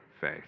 faith